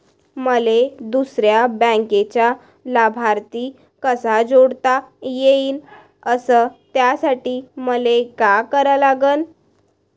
मले दुसऱ्या बँकेचा लाभार्थी कसा जोडता येईन, अस त्यासाठी मले का करा लागन?